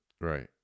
Right